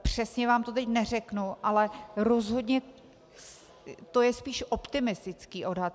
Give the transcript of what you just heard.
Přesně vám to teď neřeknu, ale rozhodně to je spíš optimistický odhad.